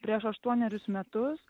prieš aštuonerius metus